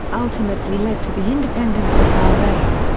ultimately led to the independence of bahrain.